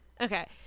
Okay